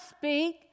speak